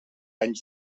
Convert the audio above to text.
anys